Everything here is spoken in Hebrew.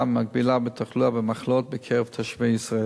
מקבילה בתחלואה במחלות בקרב תושבי ישראל.